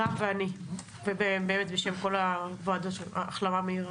רם ואני ובשם כל הוועדות שלנו, החלמה מהירה.